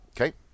Okay